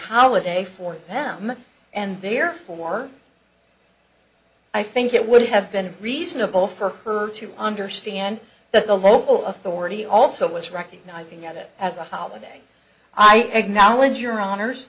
holiday for them and they're for i think it would have been reasonable for her to understand that the local authority also was recognizing that it as a holiday i acknowledge your hono